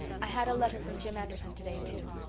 i had a letter from jim anderson today, too.